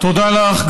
תודה לך.